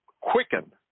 Quicken